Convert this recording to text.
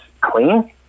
clean